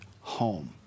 home